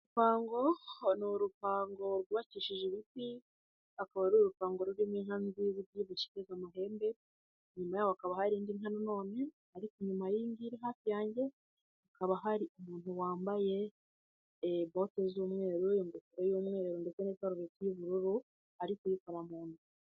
Urupango ni urupango rwubakishije ibiti, akaba ari uruvango rurimo inka nziza ibyibushye ifite amahembe, inyuma hakaba hari indi nka none ariko inyuma y'iyi ngiyi iri hafi yange, hakaba hari umuntu wambaye bote z'umweru, ingofero y'umweru ndetse n'ikaruvati y'ubururu, ari kuyikora mu nda.